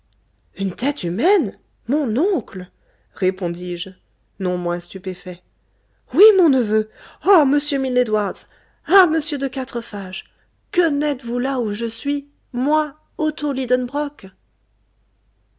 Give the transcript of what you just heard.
une tête humaine mon oncle répondis-je non moins stupéfait oui mon neveu ah m milne edwards ah m de quatrefages que n'êtes-vous là où je suis moi